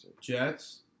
Jets